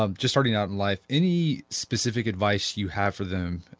ah just starting out in life. any specific advice you have for them,